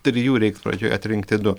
trijų reiks pradžioj atrinkti du